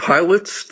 Pilots